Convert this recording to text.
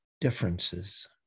differences